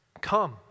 come